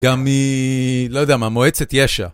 גם מ... לא יודע מה, מועצת ישע.